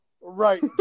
Right